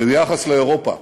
ביחס לאירופה,